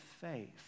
faith